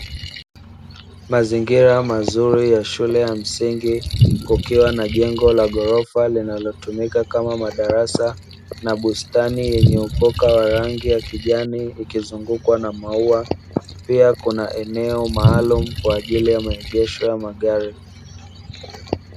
Mazingira mazuri ya shule ya msingi kukiwa na jengo la ghorofa linalotumika kama madarasa, na bustani yenye ukoka wa rangi ya kijani ikizungukwa na maua, pia kuna eneo maalumu kwa ajili ya maegesho ya magari.